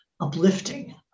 uplifting